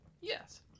Yes